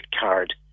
card